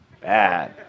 bad